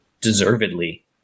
deservedly